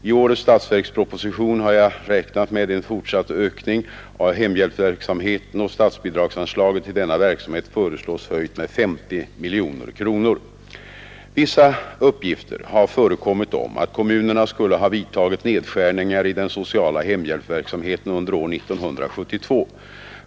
I årets statsverksproposition har jag räknat med en fortsatt ökning av hemhjälpsverksamheten, och statsbidragsanslaget till denna verksamhet föreslås höjt med 50 miljoner kronor. Vissa uppgifter har förekommit om att kommunerna skulle ha vidtagit nedskärningar i den sociala hemhjälpsverksamheten, under år 1972.